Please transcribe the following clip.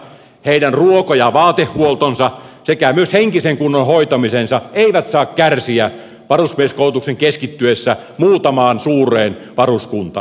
heidän ruoka ja vaatehuoltonsa sekä myös henkisen kunnon hoitamisensa ei saa kärsiä varusmieskoulutuksen keskittyessä muutamaan suureen varuskuntaan